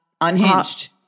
Unhinged